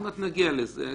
עוד מעט נגיע לזה.